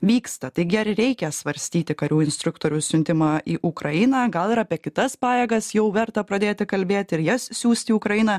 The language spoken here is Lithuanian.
vyksta taigi ar reikia svarstyti karių instruktorių siuntimą į ukrainą gal ir apie kitas pajėgas jau verta pradėti kalbėti ir jas siųst į ukrainą